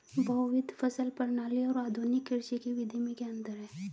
बहुविध फसल प्रणाली और आधुनिक कृषि की विधि में क्या अंतर है?